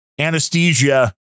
anesthesia